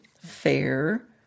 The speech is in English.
fair